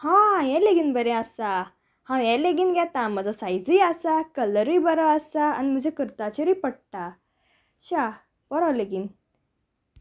हां हें लेगीन बरें आसा हांव हें लेगीन घेता म्हजो सायजूय आसा कलरय बरो आसा आनी म्हज्या कुर्ताचेरूय पडटा शा बरो लेगीन